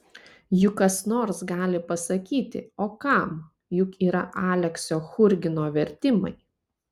juk kas nors gali pasakyti o kam juk yra aleksio churgino vertimai